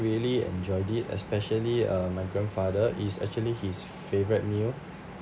really enjoyed it especially uh my grandfather is actually his favourite meal